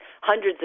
hundreds